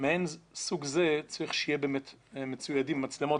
שבאירועים מסוג זה צריך שיהיו מצוידים במצלמות,